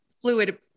fluid